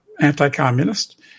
anti-communist